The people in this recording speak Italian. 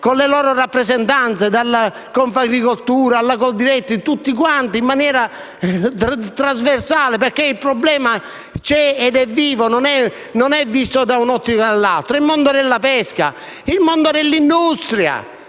con le loro rappresentanze, da Confagricoltura a Coldiretti, tutti in maniera trasversale, perché il problema c'è ed è vivo, non è visto da un'ottica di parte. Penso poi al mondo della pesca e al mondo dell'industria.